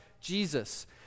Jesus